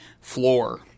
floor